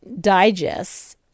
digests